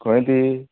खंय ती